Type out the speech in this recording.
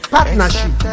Partnership